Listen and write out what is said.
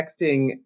texting